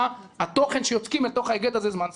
מה התוכן שיוצקים לתוך ההיגד הזה "זמן סביר"?